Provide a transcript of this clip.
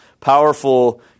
powerful